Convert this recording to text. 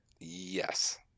yes